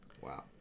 Wow